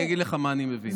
אני אגיד לך מה אני מבין.